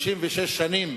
36 שנים,